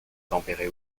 tempérée